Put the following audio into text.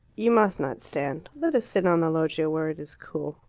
you must not stand. let us sit on the loggia, where it is cool.